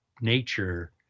nature